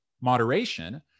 moderation